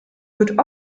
wird